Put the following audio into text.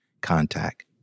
contact